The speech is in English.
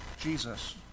Jesus